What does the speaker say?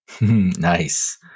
Nice